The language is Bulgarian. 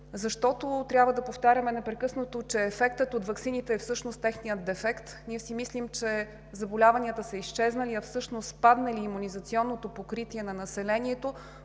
защото трябва да повтаряме непрекъснато, че ефектът от ваксините е всъщност техният дефект. Ние си мислим, че заболяванията са изчезнали, а всъщност спадне ли имунизационното покритие на населението